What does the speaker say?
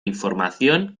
información